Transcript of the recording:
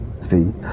See